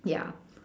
ya